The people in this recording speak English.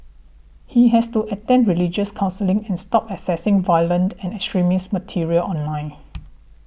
he has to attend religious counselling and stop accessing violent and extremist material online